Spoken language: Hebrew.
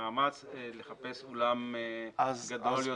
מאמץ לחפש אולם גדול יותר,